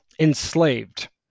enslaved